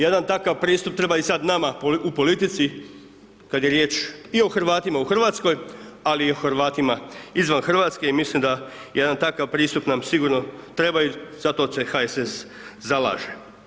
Jedan takav pristup treba i sada nama u politici kada je riječ i o Hrvatima u Hrvatskoj, ali i o Hrvatima izvan Hrvatske i mislim da jedan takav pristup nam sigurno treba i zato se HSS zalaže.